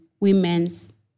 women's